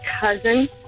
cousin